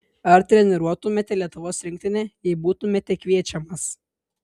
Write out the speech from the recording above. ar treniruotumėte lietuvos rinktinę jei būtumėte kviečiamas